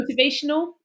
Motivational